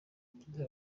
perezida